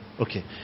Okay